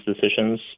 decisions